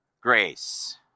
grace